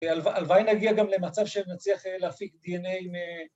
‫הלוואי נגיע גם למצב ‫שנצליח להפיק די.אן.איי עם...